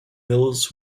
mills